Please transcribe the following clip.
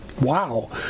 Wow